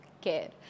care